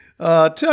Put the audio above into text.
Tell